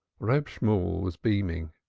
reb shemuel was beaming.